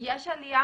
יש עלייה.